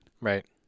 right